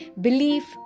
Belief